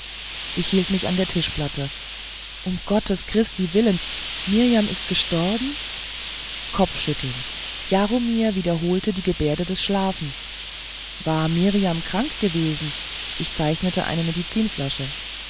ich hielt mich an der tischplatte um gottes christi willen mirjam ist gestorben kopfschütteln jaromir wiederholte die gebärde des schlafens war mirjam krank gewesen ich zeichnete eine